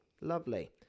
Lovely